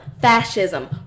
fascism